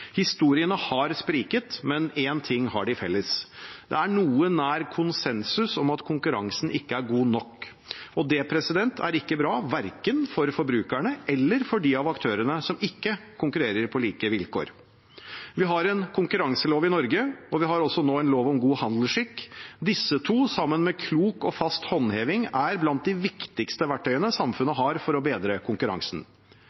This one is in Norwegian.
Historiene har spriket, men én ting har de felles. Det er noe nær konsensus om at konkurransen ikke er god nok. Det er ikke bra verken for forbrukerne eller for dem av aktørene som ikke konkurrerer på like vilkår. Vi har en konkurranselov i Norge, og vi har også nå en lov om god handelsskikk. Disse to, sammen med klok og fast håndheving, er blant de viktigste verktøyene